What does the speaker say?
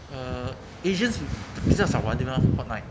uh asians b~ 比较少玩对吗 Fortnite